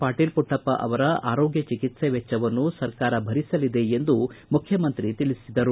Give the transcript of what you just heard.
ಪಾಟೀಲ ಪುಟ್ಟಪ್ಪ ಅವರ ಆರೋಗ್ಯ ಚಿಕಿತ್ಸೆ ವೆಚ್ಚವನ್ನು ಸರಕಾರ ಬರಿಸಲಿದೆ ಎಂದು ಮುಖ್ಯಮಂತ್ರಿಗಳು ತಿಳಿಸಿದರು